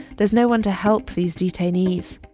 there's no one to help these detainees.